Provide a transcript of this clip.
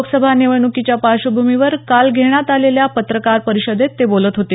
लोकसभा निवडणुकीच्या पार्श्वभूमीवर काल घेण्यात आलेल्या पत्रकार परिषदेत ते बोलत होते